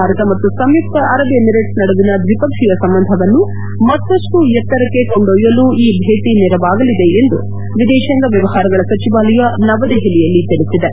ಭಾರತ ಮತ್ತು ಸಂಯುಕ್ತ Arab Emirates ನಡುವಿನ ದ್ವಿಪಕ್ಷೀಯ ಸಂಬಂಧವನ್ನು ಮತ್ತಪ್ಟು ಎತ್ತರಕ್ಕೆ ಕೊಂಡೊಯ್ಲಲು ಈ ಭೇಟ ನೆರವಾಗಲಿದೆ ಎಂದು ವಿದೇಶಾಂಗ ವ್ಲವಹಾರಗಳ ಸಚಿವಾಲಯ ನವದೆಹಲಿಯಲ್ಲಿ ತಿಳಿಸಿದೆ